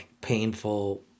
painful